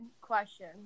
question